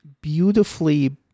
beautifully